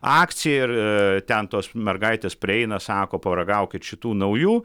akcija ir ten tos mergaitės prieina sako paragaukit šitų naujų